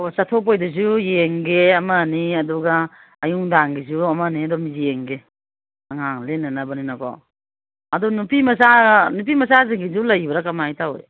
ꯍꯣꯏ ꯆꯠꯊꯣꯛꯄꯩꯗꯨꯁꯨ ꯌꯦꯡꯒꯦ ꯑꯃ ꯑꯅꯤ ꯑꯗꯨꯒ ꯑꯌꯨꯛ ꯅꯨꯡꯗꯥꯡꯒꯤꯁꯨ ꯑꯃꯅꯤ ꯑꯗꯨꯝ ꯌꯦꯡꯒꯦ ꯑꯉꯥꯡꯅ ꯂꯤꯠꯅꯕꯅꯤꯅꯀꯣ ꯑꯗꯣ ꯅꯨꯄꯤ ꯃꯆꯥ ꯅꯨꯄꯤ ꯃꯆꯥꯁꯤꯡꯒꯤꯁꯨ ꯂꯩꯕ꯭ꯔꯥ ꯀꯃꯥꯏꯅ ꯇꯧꯏ